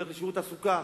הולך לשירות התעסוקה,